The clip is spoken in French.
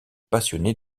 passionné